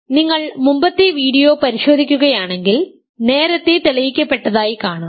അതിനാൽ നിങ്ങൾ മുമ്പത്തെ വീഡിയോ പരിശോധിക്കുകയാണെങ്കിൽ നേരത്തെ തെളിയിക്കപ്പെട്ടതായി കാണാം